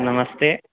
नमस्ते